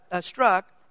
struck